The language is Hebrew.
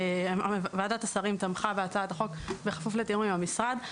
ועדת השרים תמכה בהצעת החוק בכפוף לתיאום עם המשרד.